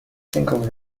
single